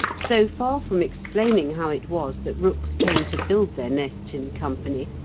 so far from explaining how it was that rooks came to build their nests in company,